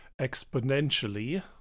exponentially